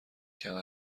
کمر